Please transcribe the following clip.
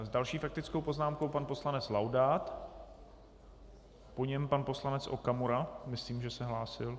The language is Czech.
Další s faktickou poznámkou pan poslanec Laudát, po něm pan poslanec Okamura myslím, že se hlásil.